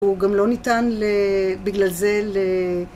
הוא גם לא ניתן ל... בגלל זה ל...